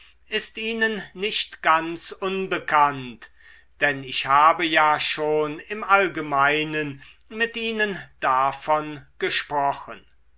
ist ihnen nicht ganz unbekannt denn ich habe ja schon im allgemeinen mit ihnen davon gesprochen